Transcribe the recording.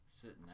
sitting